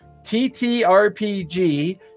TTRPG